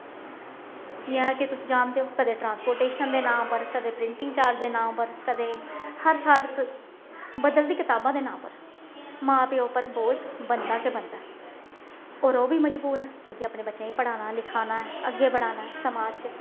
इ'यां गै तुस जानदे ओ कदें ट्रासपोटेसन दे नांऽ पर कदें प्रटिंग चार्ज दे नांऽ पर कदें हर साल इक बदलदी कतावा दे नां पर मां प्यो उप्पर बोझ बनदा गै बनदा होर ओह बी मजबूर न क्योंकि अपने बच्चें गी पढ़ाना लिखाना ऐ अग्गें बढ़ाना ऐ समाज च